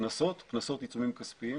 קנסות ועיצומים כספיים